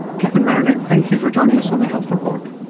catherine marinac, thank you for joining us on the health report.